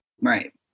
Right